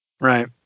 Right